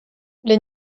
les